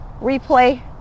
replay